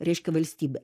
reiškia valstybė